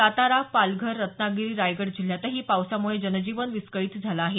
सातारा पालघर रत्नागिरी रायगड जिल्ह्यातही पावसामुळे जनजीवन विस्कळीत झालं आहे